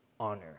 honor